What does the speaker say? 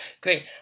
Great